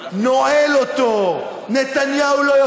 טוב, יואל.